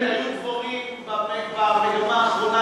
היו דברים במגמה האחרונה,